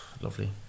lovely